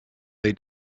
they